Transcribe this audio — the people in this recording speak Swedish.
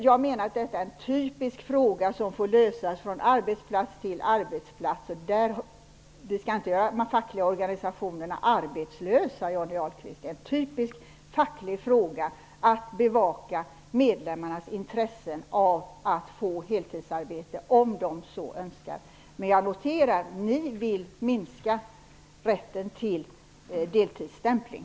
Jag menar att detta är en typisk fråga som får lösas från arbetsplats till arbetsplats. Vi skall inte göra de fackliga organisationerna arbetlösa, Johnny Ahlqvist. Det är en typisk facklig fråga att bevaka medlemmarnas intresse av att få heltidsarbete om de så önskar. Men jag noterar att ni vill minska rätten till deltidsstämpling.